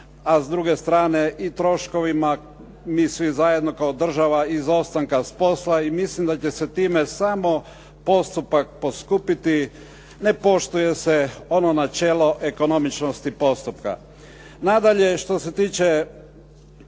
a s druge strane i troškovima mi svi zajedno kao država izostanka s posla i mislim da će se time samo postupak poskupiti. Ne poštuje se ono načelo ekonomičnosti postupka. Nadalje, što se tiče